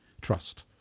Trust